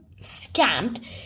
scammed